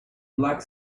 black